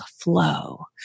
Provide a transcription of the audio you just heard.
Flow